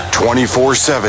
24-7